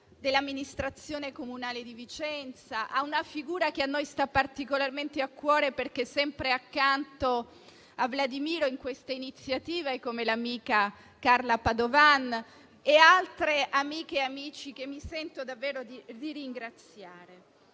dell'amministrazione comunale di Vicenza; e ricordo una figura che a noi sta particolarmente a cuore, perché sempre accanto a Vladimiro in questa iniziativa, che è l'amica Carla Padovan, nonché cito altre amiche e amici che mi sento davvero di ringraziare.